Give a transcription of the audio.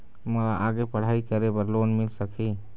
मोला आगे पढ़ई करे बर लोन मिल सकही?